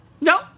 No